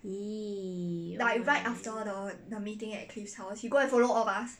!ee!